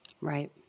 Right